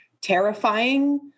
terrifying